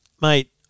mate